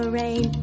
rain